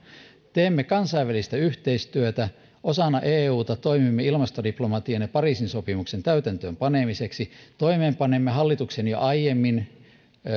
teemme kansainvälistä yhteistyötä osana euta toimimme ilmastodiplomatian ja pariisin sopimuksen täytäntöön panemiseksi toimeenpanemme hallituksen jo aiemmin